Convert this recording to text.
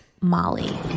Molly